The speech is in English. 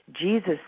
Jesus